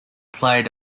played